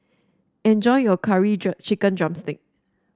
enjoy your Curry Chicken drumstick